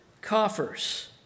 coffers